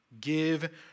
Give